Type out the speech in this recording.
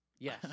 Yes